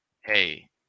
hey